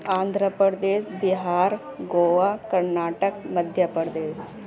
Andhra Pradesh Bihar Goa Karnataka Madhya Pradesh